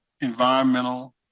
environmental